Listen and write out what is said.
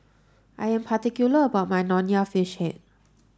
I am particular about my Nonya Fish Head